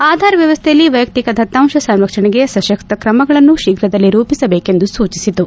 ಆಧಾರ್ ವ್ಯವಸ್ಥೆಯಲ್ಲಿ ವೈಯಕ್ತಿಕ ದತ್ತಾಂಶ ಸಂರಕ್ಷಣೆಗೆ ಸಶಕ್ತ ಕ್ರಮಗಳನ್ನು ಶೀಘದಲ್ಲೇ ರೂಪಿಸಬೇಕು ಎಂದು ಸೂಚಿಸಿತು